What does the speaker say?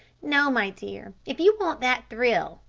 no, my dear, if you want that thrill,